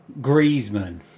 Griezmann